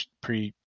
pre